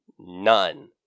None